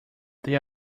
they